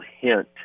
hint